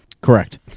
Correct